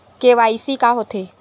KYC का होथे?